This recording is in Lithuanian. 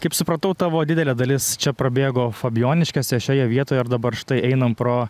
kaip supratau tavo didelė dalis čia prabėgo fabijoniškėse šioje vietoje ir dabar štai einam pro